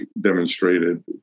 demonstrated